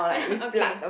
okay